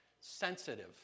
sensitive